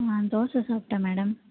நான் தோசை சாப்பிட்டேன் மேடம்